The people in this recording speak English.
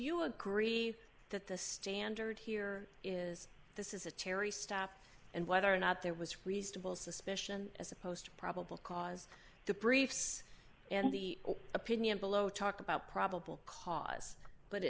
you agree that the standard here is this is a cherry step and whether or not there was reasonable suspicion as opposed probable cause to brief in the opinion below talk about probable cause but